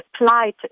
applied